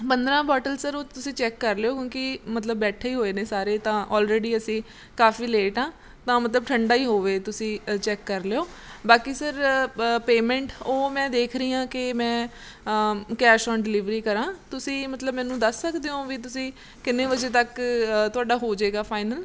ਪੰਦਰ੍ਹਾਂ bottle sir ਉਹ ਤੁਸੀਂ ਚੈੱਕ ਕਰ ਲਿਓ ਕਿਉਂਕਿ ਮਤਲਬ ਬੈਠੇ ਹੀ ਹੋਏ ਨੇ ਸਾਰੇ ਤਾਂ ਆਲਰੇਡੀ ਅਸੀਂ ਕਾਫੀ ਲੇਟ ਹਾਂ ਤਾਂ ਮਤਲਬ ਠੰਡਾ ਹੀ ਹੋਵੇ ਤੁਸੀਂ ਚੈੱਕ ਕਰ ਲਿਓ ਬਾਕੀ ਸਰ ਪੇਮੈਂਟ ਉਹ ਮੈਂ ਦੇਖ ਰਹੀ ਹਾਂ ਕਿ ਮੈਂ ਕੈਸ਼ ਓਨ ਡਿਲੀਵਰੀ ਕਰਾਂ ਤੁਸੀਂ ਮਤਲਬ ਮੈਨੂੰ ਦੱਸ ਸਕਦੇ ਹੋ ਵੀ ਤੁਸੀਂ ਕਿੰਨੇ ਵਜੇ ਤੱਕ ਤੁਹਾਡਾ ਹੋ ਜਾਏਗਾ ਫਾਈਨਲ